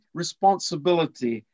responsibility